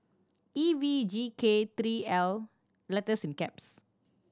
E V G K three L